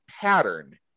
pattern